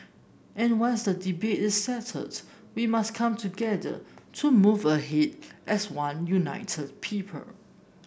and once the debate is settled we must come together to move ahead as one united people